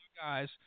guys